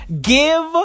Give